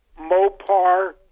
Mopar